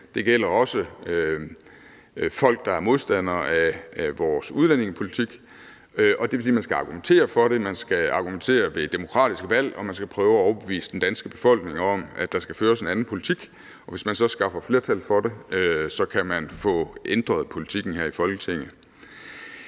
Det gælder også folk, der er modstandere af vores udlændingepolitik, og det vil sige, at man skal argumentere for det, man skal argumentere ved demokratiske valg, og man skal prøve at overbevise den danske befolkning om, at der skal føres en anden politik, og hvis man så skaffer flertal for det, kan man få ændret politikken her i Folketinget.